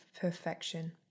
perfection